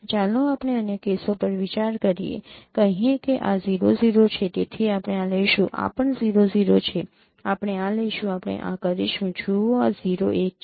ચાલો આપણે અન્ય કેસો પર વિચાર કરીએ કહીએ કે આ 0 0 છે તેથી આપણે આ લઈશું આ પણ 0 0 છે આપણે આ લઈશું આપણે આ કરીશું જુઓ આ 0 1 છે